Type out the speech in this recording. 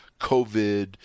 covid